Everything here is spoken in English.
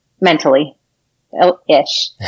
mentally-ish